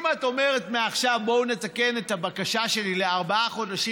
אם את אומרת מעכשיו בואו נתקן את הבקשה שלי לארבעה חודשים,